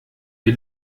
wir